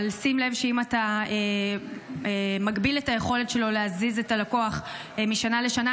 אבל שים לב שאם אתה מגביל את היכולת שלו להזיז את הלקוח משנה לשנה,